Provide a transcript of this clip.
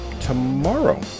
tomorrow